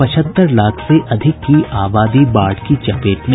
पचहत्तर लाख से अधिक की आबादी बाढ़ की चपेट में